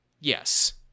Yes